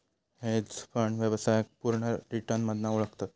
hedge fund व्यवसायाक पुर्ण return मधना ओळखतत